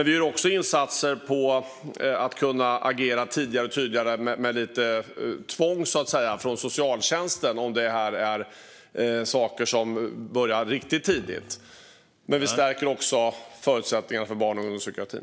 Vi gör också insatser för att agera tidigare och tydligare med lite tvång, så att säga, från socialtjänsten. Det kan handla om saker som börjar riktigt tidigt. Vi stärker också förutsättningarna för barn och ungdomspsykiatrin.